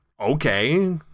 Okay